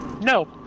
No